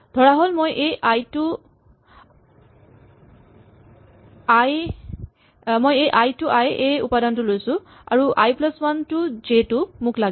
ধৰাহ'ল মই এই আই টু আই এই উপাদানটো লৈছো আৰু I plus one to J টো মোক লাগে